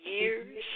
years